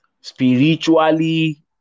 spiritually